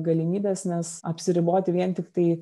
galimybes nes apsiriboti vien tiktai